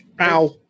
ow